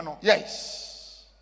Yes